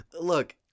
Look